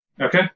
Okay